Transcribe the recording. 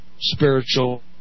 spiritual